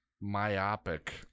myopic